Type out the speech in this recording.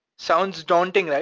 sounds daunting, right?